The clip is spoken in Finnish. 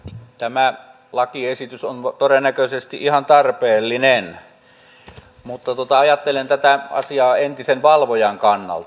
tämä lakiesitys on todennäköisesti ihan tarpeellinen mutta ajattelen tätä asiaa entisen valvojan kannalta